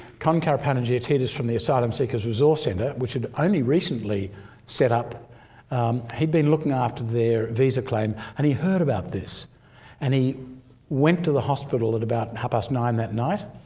kon karapanagiotidis from the asylum seekers resource centre which had only recently set up he'd been looking after their visa claim and he heard about this and he went to the hospital at about and half past nine that night,